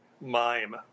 mime